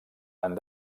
han